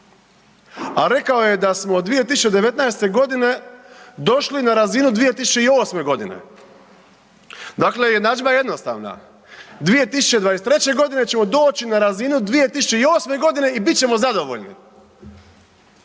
A rekao je da smo 2019. g. došli na razinu 2008. godine. Dakle, jednadžba je jednostavna, 2023. ćemo doći na razinu 2008. g. i bit ćemo zadovoljni.